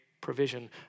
provision